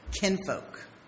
kinfolk